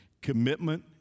Commitment